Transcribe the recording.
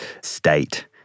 state